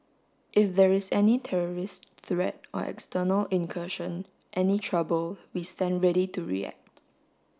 if there is any terrorist threat or external incursion any trouble we stand ready to react